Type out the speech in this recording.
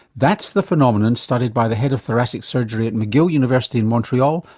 that's the phenomenon studied by the head of thoracic surgery at mcgill university in montreal,